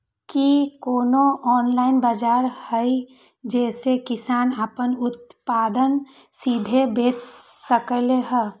कि कोनो ऑनलाइन बाजार हइ जे में किसान अपन उत्पादन सीधे बेच सकलई ह?